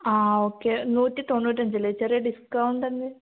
ആ ഓക്കെ നൂറ്റി തൊണ്ണൂറ്റഞ്ച് അല്ലെ ചെറിയ ഡിസ്ക്കൗണ്ട്